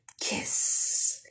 kiss